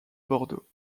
bordeaux